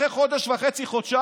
אחרי חודש וחצי-חודשיים,